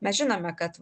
mes žinome kad